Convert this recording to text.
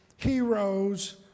heroes